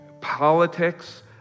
Politics